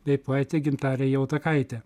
bei poetė gintarė jautakaitė